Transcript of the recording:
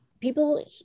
People